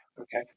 Okay